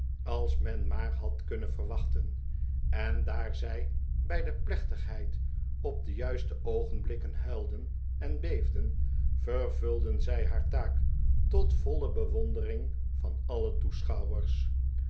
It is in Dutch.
als men maar had kunnen verwachten en daar zij bij de plechtigheid op de juiste oogenblikken huilden en beefden vervulden zij haar taak tot voile bewondering van alle toeschouwers